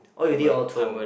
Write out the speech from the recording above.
oh you did auto